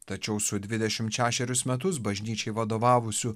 tačiau su dvidešimt šešerius metus bažnyčiai vadovavusiu